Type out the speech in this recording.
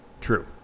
True